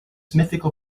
mythical